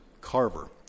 Carver